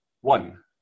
One